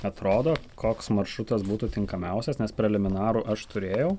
atrodo koks maršrutas būtų tinkamiausias nes preliminarų aš turėjau